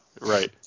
right